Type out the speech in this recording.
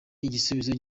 igisubizo